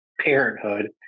parenthood